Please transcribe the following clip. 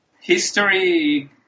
history